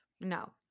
No